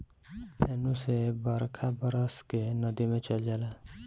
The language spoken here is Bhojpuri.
फेनू से बरखा बरस के नदी मे चल जाला